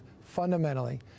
fundamentally